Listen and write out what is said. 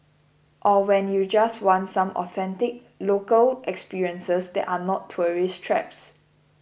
or when you just want some authentic local experiences that are not tourist traps